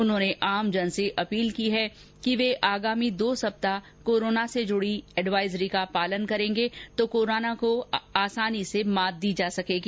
उन्होंने आमजन से अपील की है कि वे आगामी दो सप्ताह कोरोना से जुड़ी एडवाइजरी का पालन करेंगे तो कोरोना को आसानी से मात दी जा सकेगी